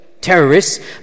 terrorists